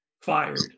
fired